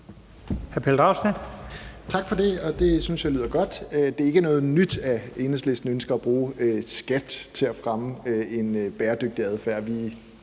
Tak for det. Det synes jeg lyder godt. Det er ikke noget nyt, at Enhedslisten ønsker at bruge skat til at fremme en bæredygtig adfærd.